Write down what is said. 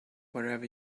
wherever